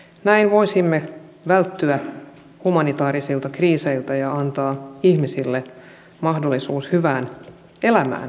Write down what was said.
näin voisimme välttyä humanitaarisilta kriiseiltä ja antaa ihmisille mahdollisuuden hyvään elämään kotiseudullaan